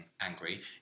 Angry